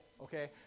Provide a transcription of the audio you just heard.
okay